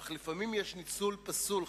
אך לפעמים יש ניצול פסול.